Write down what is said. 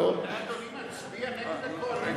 מי מצביע נגד הקואליציה?